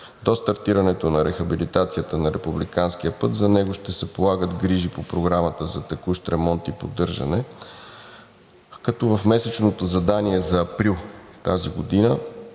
До стартирането на рехабилитацията на републиканския път за него ще се полагат грижи по Програмата за текущ ремонт и поддържане, като в месечното задание за април тази година